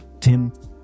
Tim